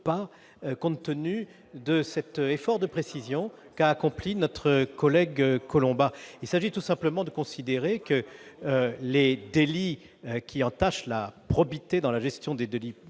compte tenu de l'effort de précision accompli par notre collègue. Il s'agit tout simplement de considérer que les délits entachant la probité dans la gestion des deniers